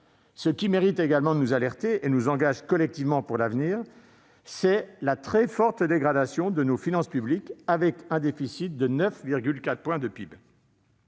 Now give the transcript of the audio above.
Ce qui mérite également de nous alerter et nous engage collectivement pour l'avenir est la très forte dégradation de nos finances publiques, avec un déficit de 9,4 % du PIB.